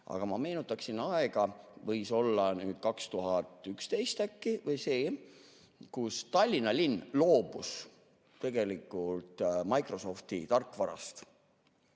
Aga ma meenutaksin aega – võis olla 2011 äkki või nii –, kus Tallinna linn loobus tegelikult Microsofti tarkvarast.